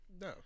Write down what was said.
No